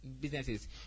businesses